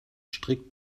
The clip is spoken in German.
strikt